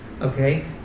okay